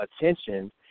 attention